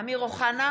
אמיר אוחנה,